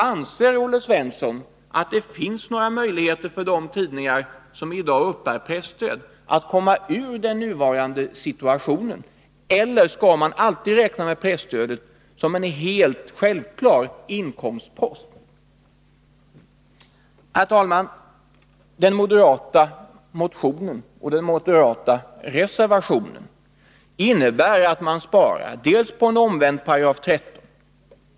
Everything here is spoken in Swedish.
Anser Olle Svensson att det finns några möjligheter för de tidningar som i dag uppbär presstöd att komma ur den nuvarande situationen? Eller skall de alltid räkna med presstödet som en helt självklar inkomstpost? Herr talman! I den moderata motionen och den moderata reservationen föreslår vi besparingar, bl.a. genom en omvänd 13 §.